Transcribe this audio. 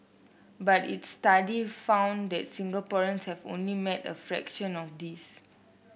but its study found that Singaporeans have only met a fraction of this